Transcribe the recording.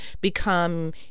become